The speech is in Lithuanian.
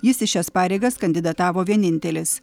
jis į šias pareigas kandidatavo vienintelis